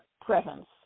presence